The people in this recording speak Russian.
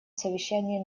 совещании